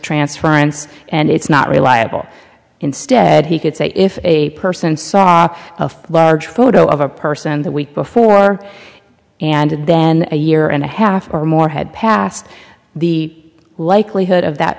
transference and it's not reliable instead he could say if a person saw a large photo of a person the week before and then a year and a half or more had passed the likelihood of that